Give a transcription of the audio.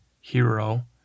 hero